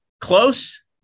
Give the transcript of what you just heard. close